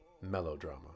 Melodrama